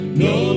no